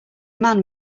man